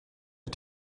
add